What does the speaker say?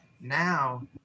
now